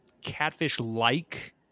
catfish-like